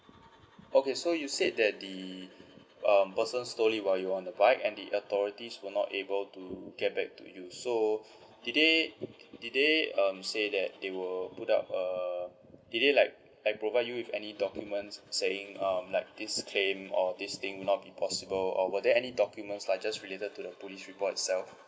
okay so you said that the um person stole it while you were on the bike and the authorities were not able to get back to you so did they did did they um say that they will put up err did they like like provide you with any documents saying um like this claim or this thing not be possible or were there any documents are just related to the police report itself